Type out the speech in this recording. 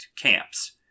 camps